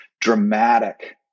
dramatic